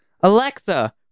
Alexa